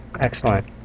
Excellent